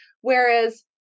Whereas